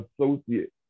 associate